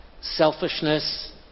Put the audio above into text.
selfishness